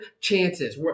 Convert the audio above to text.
chances